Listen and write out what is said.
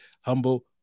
humble